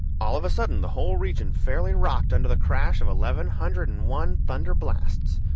all of a sudden the whole region fairly rocked under the crash of eleven hundred and one thunder blasts,